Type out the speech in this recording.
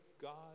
God